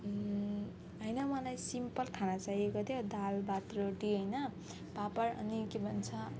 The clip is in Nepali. होइन मलाई सिम्पल खाना चाहिएको थियो दाल भात रोटी होइन पापड अनि के भन्छ